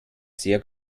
sehr